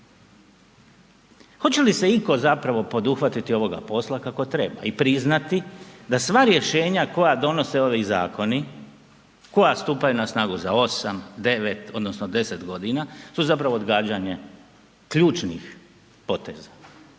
Hoće li itko zapravo poduhvatiti ovoga posla kako treba i priznati da sva rješenja koja donose ovi zakoni, koja stupaju na snagu za 8, 9 odnosno 10 godina su zapravo odgađanje ključnih poteza